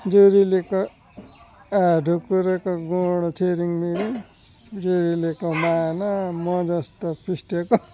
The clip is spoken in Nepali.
जुरेलीको ढुकुरको गुँड छिरिङ मिरिङ जुरेलीको माना म जस्तो फुस्टेको